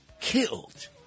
killed